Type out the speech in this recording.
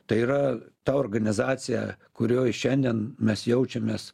tai yra ta organizacija kurioj šiandien mes jaučiamės